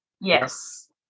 Yes